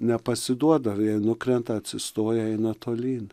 nepasiduoda jei nukrenta atsistoja eina tolyn